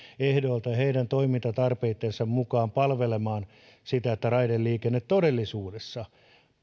ehdoilta ja heidän toimintatarpeittensa mukaan palvelemaan sitä että raideliikenne todellisuudessa